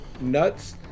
nuts